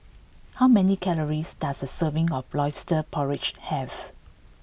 how many calories does a serving of lobster porridge have